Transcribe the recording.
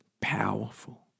powerful